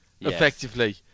effectively